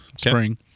spring